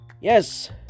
yes